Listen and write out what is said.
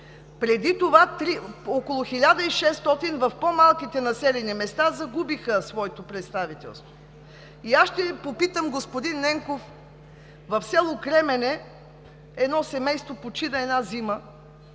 Преди това около 1600 в по малките населени места загубиха своето представителство. Ще Ви попитам, господин Ненков. В село Кремене едно семейство почина една зима